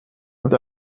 und